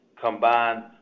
combined